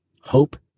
Hope